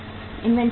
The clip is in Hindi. इन्वेंटरी लागत